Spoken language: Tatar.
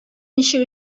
ничек